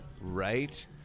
right